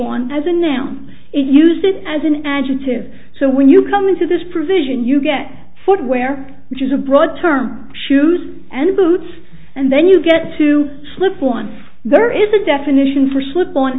on as a noun is used as an adjective so when you come into this provision you get footwear which is a broad term shoes and boots and then you get to slip one there is a definition for slip on